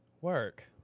Work